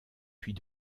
puis